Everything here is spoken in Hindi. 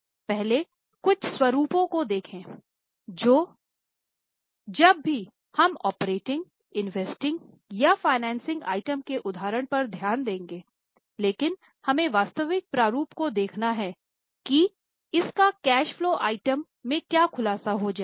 पहले कुछ स्वरूपों को देखो अब जब भी हम ऑपरेटिंग आइटम के उदाहरण पर ध्यान देंगेलेकिन हमें वास्तविक प्रारूप को देखना हैं कि इसका कैश फलो आइटम में कैसे खुलासा हो जाएगा